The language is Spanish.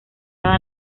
dada